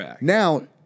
Now